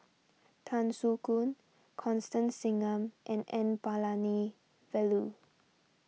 Tan Soo Khoon Constance Singam and N Palanivelu